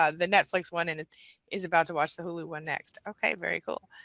ah the netflix one and it is about to watch the hulu one next. okay, very cool.